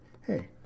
hey